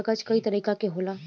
कागज कई तरीका के होला